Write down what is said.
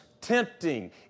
tempting